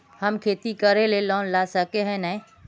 हम खेती करे ले लोन ला सके है नय?